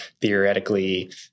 theoretically